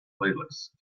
playlist